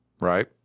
right